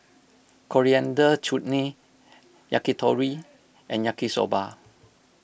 Coriander Chutney Yakitori and Yaki Soba